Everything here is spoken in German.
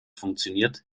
funktioniert